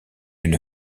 une